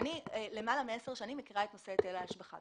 אני מכירה למעלה מעשר שנים את נושא היטל ההשבחה.